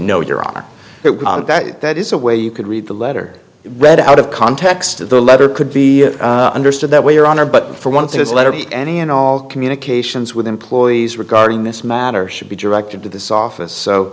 know you're on that that is a way you could read the letter read out of context to the letter could be understood that way your honor but for one thing this letter be any and all communications with employees regarding this matter should be directed to this office so